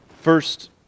First